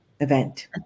event